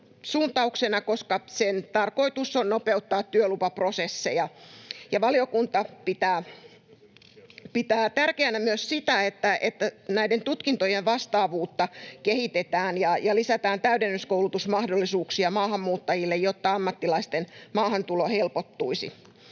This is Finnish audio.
koska sen tarkoitus on nopeuttaa työlupaprosesseja. Valiokunta pitää tärkeänä myös sitä, että näiden tutkintojen vastaavuutta kehitetään ja lisätään täydennyskoulutusmahdollisuuksia maahanmuuttajille, jotta ammattilaisten maahantulo helpottuisi.